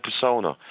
persona